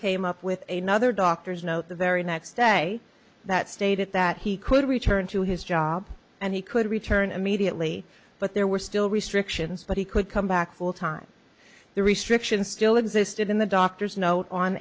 came up with a nother doctor's note the very next day that stated that he could return to his job and he could return immediately but there were still restrictions but he could come back full time the restriction still existed in the doctor's note on